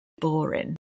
boring